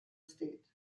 state